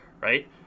right